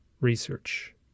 research